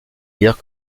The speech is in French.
lire